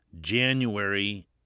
January